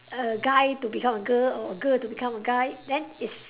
a guy to become a girl or a girl to become a guy then it's